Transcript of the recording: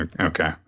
okay